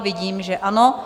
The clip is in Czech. Vidím, že ano.